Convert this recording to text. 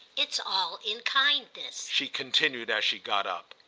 it's all in kindness, she continued as she got up.